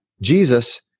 Jesus